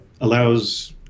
allows